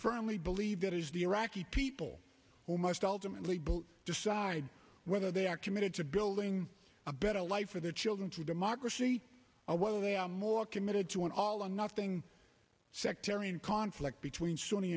firmly believe that it is the iraqi people who must ultimately decide whether they are committed to building a better life for their children for democracy i whether they are more committed to an all or nothing sectarian conflict between sunni